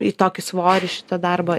į tokį svorį šitą darbą